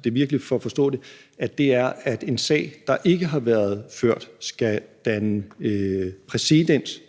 er virkelig for at forstå det – er, at en sag, der ikke har været ført, skal danne præcedens